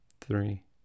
Three